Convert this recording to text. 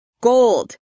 Gold